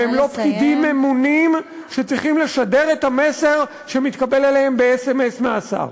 והם לא פקידים ממונים שצריכים לשדר את המסר שמתקבל אליהם בסמ"ס מהשר.